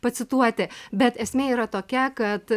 pacituoti bet esmė yra tokia kad